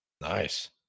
Nice